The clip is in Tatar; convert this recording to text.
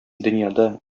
дөньяда